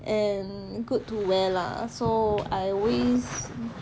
and good to wear lah so I always